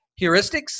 heuristics